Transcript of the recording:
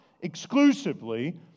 exclusively